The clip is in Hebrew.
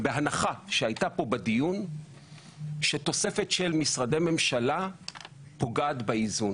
בהנחה שהייתה פה בדיון שתוספת של משרדי ממשלה פוגעת באיזון.